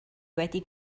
wedi